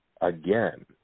again